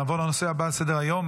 נעבור לנושא הבא על סדר-היום,